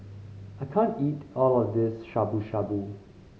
I can't eat all of this Shabu Shabu